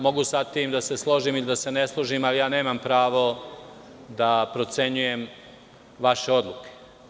Mogu sa tim da se složim i da se ne složim, ali ja nemam pravo da procenjujem vaše odluke.